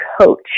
coach